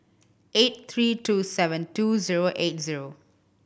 eight three two seven two zero eight zero